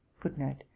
Footnote